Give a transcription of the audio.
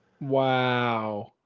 Wow